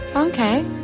okay